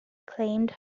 claimed